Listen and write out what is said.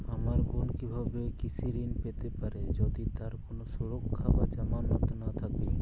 আমার বোন কীভাবে কৃষি ঋণ পেতে পারে যদি তার কোনো সুরক্ষা বা জামানত না থাকে?